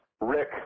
Rick